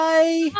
Bye